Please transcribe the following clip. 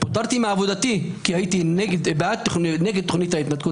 פוטרתי מעבודתי כי הייתי נגד תוכנית ההתנתקות.